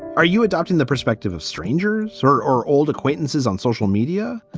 are you adopting the perspective of strangers or or old acquaintances on social media?